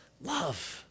Love